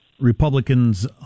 republicans